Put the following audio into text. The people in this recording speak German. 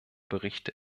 berichte